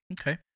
Okay